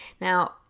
Now